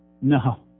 No